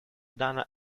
dana